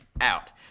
out